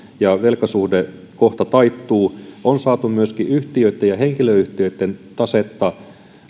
ja velkasuhde kohta taittuu on saatu myöskin yhtiöitten ja henkilöyhtiöitten tasetta